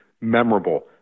memorable